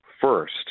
first